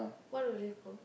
what will you cook